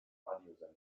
radiosender